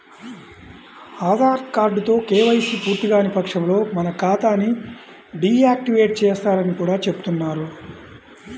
ఆధార్ కార్డుతో కేవైసీ పూర్తికాని పక్షంలో మన ఖాతా ని డీ యాక్టివేట్ చేస్తారని కూడా చెబుతున్నారు